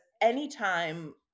anytime